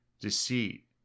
deceit